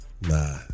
Nah